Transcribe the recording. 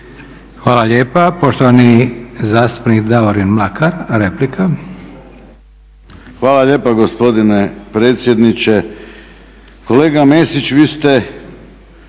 Hvala lijepa. Poštovani zastupnik Davorin Mlakar replika. **Mlakar, Davorin (HDZ)** Hvala lijepa gospodine predsjedniče. Kolega Mesić, vi ste